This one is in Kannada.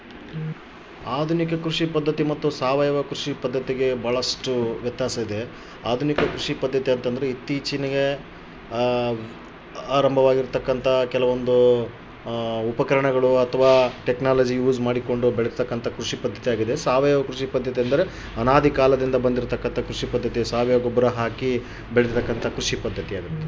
ಆಧುನಿಕ ಕೃಷಿ ಪದ್ಧತಿ ಮತ್ತು ಸಾವಯವ ಕೃಷಿ ಪದ್ಧತಿಗೆ ಇರುವಂತಂಹ ವ್ಯತ್ಯಾಸ ಏನ್ರಿ?